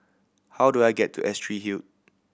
how do I get to Astrid Hill